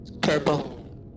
Purple